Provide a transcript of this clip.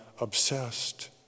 obsessed